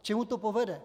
K čemu to povede?